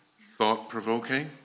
Thought-provoking